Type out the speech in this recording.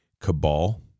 cabal